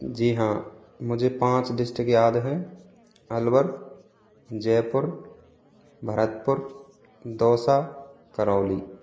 जी हाँ मुझे पाँच डिस्ट्रिक्ट याद हैं अलवर जयपुर भरतपुर दौसा करौली